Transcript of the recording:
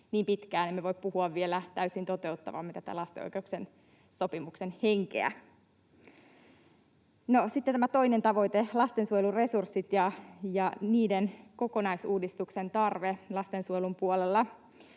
niin pitkään emme voi puhua vielä täysin toteuttavamme tätä lasten oikeuksien sopimuksen henkeä. No, sitten tämä toinen tavoite, lastensuojelun resurssit ja niiden kokonaisuudistuksen tarve lastensuojelun puolella.